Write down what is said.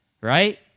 right